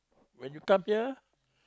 when you come here